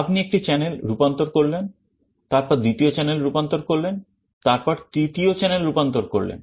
আপনি একটি channel রূপান্তর করলেন তারপর দ্বিতীয় channel রূপান্তর করলেন তারপর তৃতীয় channel রূপান্তর করলেন